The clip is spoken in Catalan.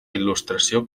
il·lustració